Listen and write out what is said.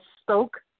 spoke